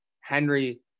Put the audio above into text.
Henry